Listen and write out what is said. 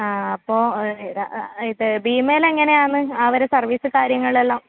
ആ അപ്പോൾ ഇത് ഭീമയിൽ എങ്ങനെയാണ് അവരെ സർവീസ് കാര്യങ്ങളെല്ലാം